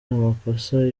amakosa